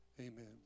Amen